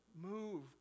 move